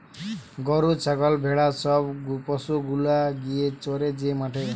গরু ছাগল ভেড়া সব পশু গুলা গিয়ে চরে যে মাঠে